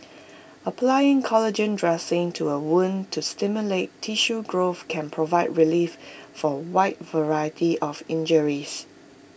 applying collagen dressings to A wound to stimulate tissue growth can provide relief for A wide variety of injuries